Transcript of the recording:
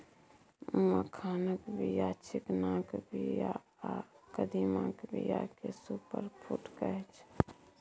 मखानक बीया, चिकनाक बीया आ कदीमाक बीया केँ सुपर फुड कहै छै